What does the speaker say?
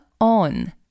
on